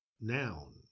noun